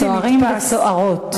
צוערים וצוערות.